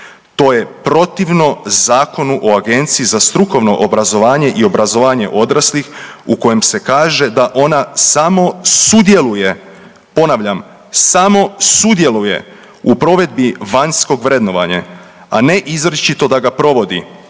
To je protivno Zakonu o Agenciji za strukovno obrazovanje i obrazovanje odraslih u kojem se kaže da ona samo sudjeluje, ponavljam, samo sudjeluje u provedbi vanjskog vrednovanja, a ne izričito da ga provodi